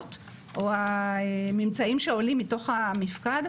התקלות או הממצאים שעולים מתוך המפקד,